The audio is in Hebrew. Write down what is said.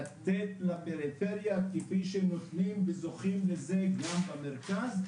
לתת לפריפריה כפי שנותנים וזוכים לזה גם במרכז,